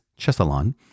Chesalon